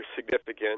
significant